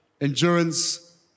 endurance